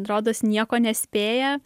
rodos nieko nespėja